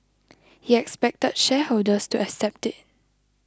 he expected shareholders to accept it